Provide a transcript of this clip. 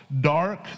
Dark